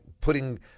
putting –